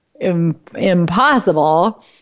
impossible